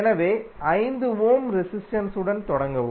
எனவே 5 ohm resistance உடன் தொடங்கவும்